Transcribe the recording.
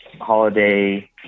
holiday